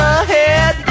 ahead